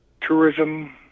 tourism